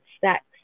sex